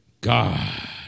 God